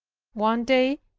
one day,